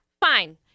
fine